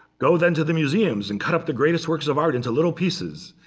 go, then, to the museums and cut up the greatest works of art into little pieces.